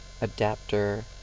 adapter